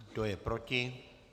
Kdo je proti?